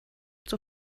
zur